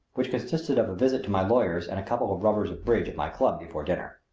which consisted of a visit to my lawyer's and a couple of rubbers of bridge at my club before dinner.